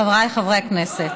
חבריי חברי הכנסת,